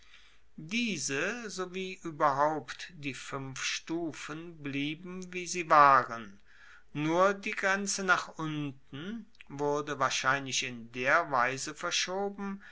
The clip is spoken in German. diese sowie ueberhaupt die fuenf stufen blieben wie sie waren nur die grenze nach unter wurde wahrscheinlich in der weise verschoben